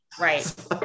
Right